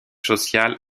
social